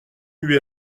lui